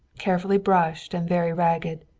carefully brushed and very ragged.